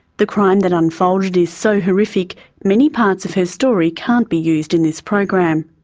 the crime that unfolded is so horrific many parts of her story can't be used in this program.